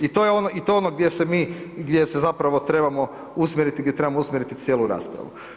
I to je ono gdje se mi, gdje se zapravo trebamo usmjerit, gdje trebamo usmjeriti cijelu raspravu.